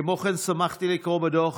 כמו כן, שמחתי לקרוא בדוח